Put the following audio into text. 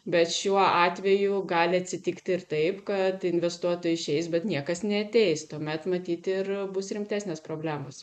bet šiuo atveju gali atsitikti ir taip kad investuotojai išeis bet niekas neateis tuomet matyt ir bus rimtesnės problemos